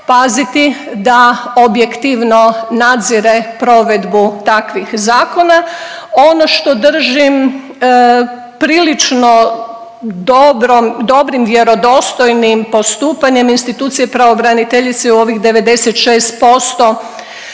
da objektivno nadzire provedbu takvih zakona. Ono što držim prilično dobrim, vjerodostojnim postupanjem institucije pravobraniteljice u ovih 96%